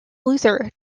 luther